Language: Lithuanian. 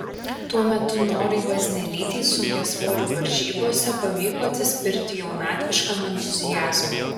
tuo metu norai vaznelytei sunkiasvorių varžybose pavyko atsispirti jaunatviškam entuziazmui